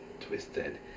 twisted